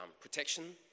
protection